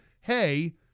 hey